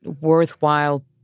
worthwhile